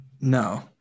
no